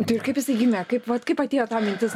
tai kaip jisai gimė kaip vat kaip atėjo ta mintis